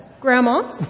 Grandma